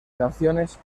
canciones